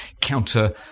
counter